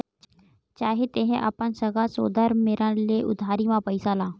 चाहे तेंहा अपन सगा सोदर मेरन ले उधारी म पइसा ला